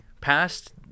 past